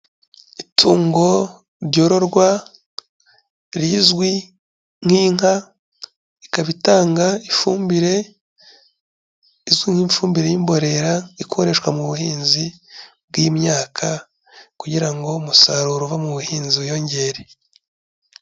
Itungo ryororwa rizwi nk'inka, ikaba itanga ifumbire izwi nk'ifumbire y'imborera ikoreshwa mu buhinzi bw'imyaka kugira ngo umusaruro uva mu buhinzi wiyongere.